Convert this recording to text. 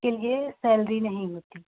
किन्हें सैलरी नहीं होती